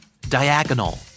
Diagonal